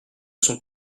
sont